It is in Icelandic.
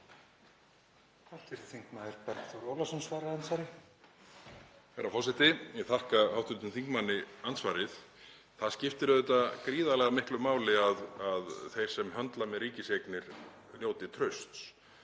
auðvitað gríðarlega miklu máli að þeir sem höndla með ríkiseignir njóti trausts.